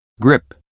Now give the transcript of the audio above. Grip